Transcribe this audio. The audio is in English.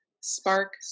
spark